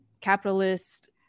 capitalist